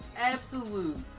absolute